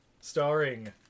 starring